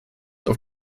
auf